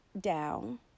down